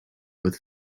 with